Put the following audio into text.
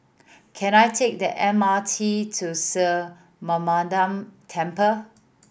can I take the M R T to Mariamman Temple